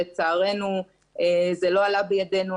לצערנו זה לא עלה בידנו,